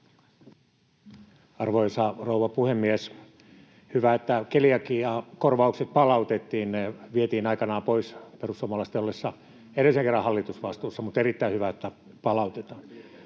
Arvoisa rouva puhemies! Hyvä, että keliakiakorvaukset palautettiin. Ne vietiin aikanaan pois perussuomalaisten ollessa edellisen kerran hallitusvastuussa, mutta erittäin hyvä, että palautetaan.